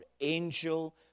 angel